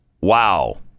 Wow